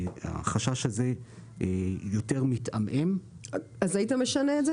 החשש הזה -- אז היית משנה את זה?